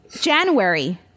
January